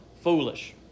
foolish